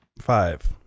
five